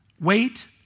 wait